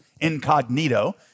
incognito